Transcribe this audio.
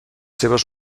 seves